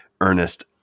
Ernest